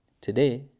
Today